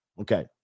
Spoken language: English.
Okay